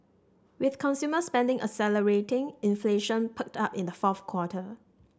with consumer spending accelerating inflation perked up in the fourth quarter